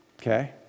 Okay